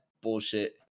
bullshit